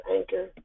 Anchor